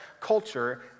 culture